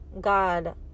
God